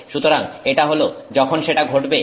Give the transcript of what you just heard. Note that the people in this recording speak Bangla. সুতরাং এটা হল যখন সেটা ঘটবে